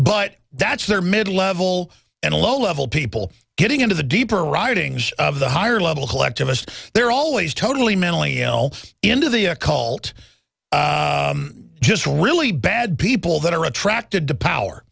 but that's their mid level and low level people getting into the deeper writings of the higher level collectivist they're always totally mentally ill end of the call to just really bad people that are attracted to power